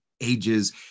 ages